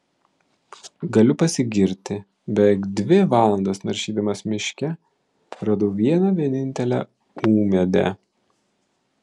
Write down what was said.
galiu pasigirti beveik dvi valandas naršydamas miške radau vieną vienintelę ūmėdę